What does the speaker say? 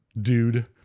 dude